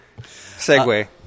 segue